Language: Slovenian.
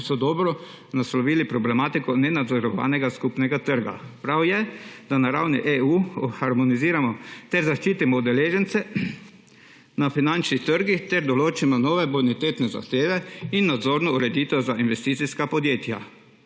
so dobro naslovili problematiko nenadzorovanega skupnega trga. Prav je, da na ravni EU harmoniziramo ter zaščitimo udeležence na finančnih trgih ter določimo nove bonitetne zahteve in nadzorno ureditev za investicijska podjetja.